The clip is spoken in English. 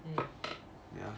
mmhmm